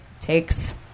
takes